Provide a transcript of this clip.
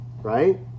Right